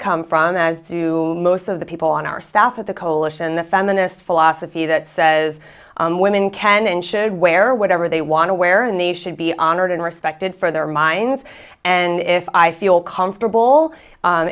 come from as do most of the people on our staff of the coalition the feminist philosophy that says women can and should wear whatever they want to wear and they should be honored and respected for their minds and if i feel comfortable